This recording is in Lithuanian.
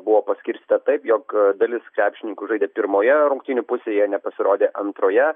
buvo paskirstyta taip jog dalis krepšininkų žaidę pirmoje rungtynių pusėje nepasirodė antroje